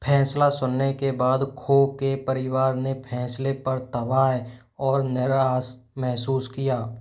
फ़ैसला सुनने के बाद खो के परिवार ने फ़ैसले पर और निराशा महसूस किया